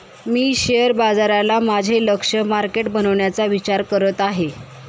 मी share बाजाराला माझे लक्ष्य मार्केट बनवण्याचा विचार करत आहे